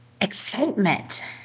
excitement